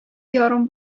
ярым